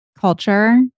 culture